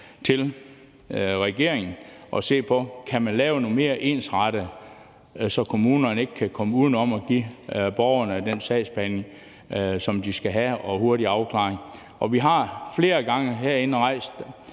til regeringen om at se på, om man kan lave noget mere ensrettet, så kommunerne ikke kan komme uden om at give borgerne den sagsbehandling, som de skal have, og hurtig afklaring. Vi har flere gange herinde rejst